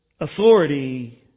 authority